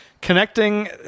connecting